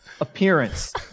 Appearance